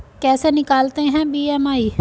कैसे निकालते हैं बी.एम.आई?